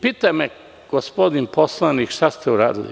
Pita me gospodin poslanik – šta ste uradili?